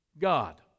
God